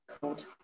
called